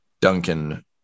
Duncan